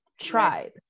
tribe